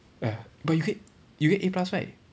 ah but you get you get A plus right